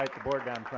like the board down